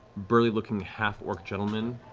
burly looking half-orc gentleman.